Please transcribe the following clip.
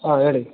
ಹಾಂ ಹೇಳಿ